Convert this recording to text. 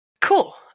Cool